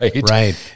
right